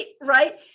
Right